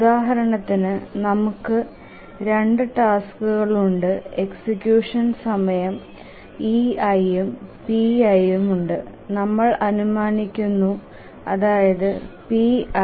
ഉദാഹരണത്തിന് നമുക്ക് 2 ടാസ്ക്കുകളും ഉണ്ട് എക്സിക്യൂഷൻ സമയവും ei ഉം pi ഉം ഉണ്ട് നമ്മൾ അനുമാനിക്കുന്നു അതായതു pi ¿dii